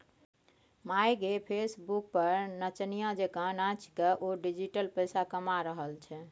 माय गे फेसबुक पर नचनिया जेंका नाचिकए ओ डिजिटल पैसा कमा रहल छै